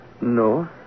No